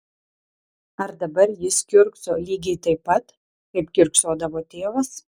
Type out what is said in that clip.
ar dabar jis kiurkso lygiai taip pat kaip kiurksodavo tėvas